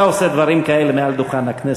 אתה עושה דברים כאלה מעל דוכן הכנסת?